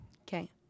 okay